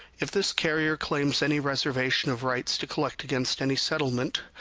if this carrier claims any reservation of rights to collect against any settlement,